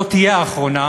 לא תהיה האחרונה,